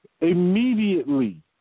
immediately